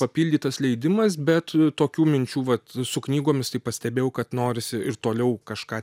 papildytas leidimas bet tokių minčių vat su knygomis tai pastebėjau kad norisi ir toliau kažką